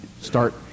start